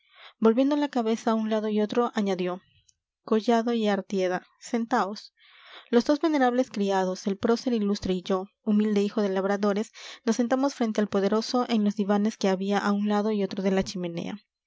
volviendo la cabeza a un lado y otro añadió collado y artieda sentaos los dos venerables criados el prócer ilustre y yo humilde hijo de labradores nos sentamos frente al poderoso en los divanes que había a un lado y otro de la chimenea